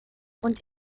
und